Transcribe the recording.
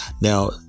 Now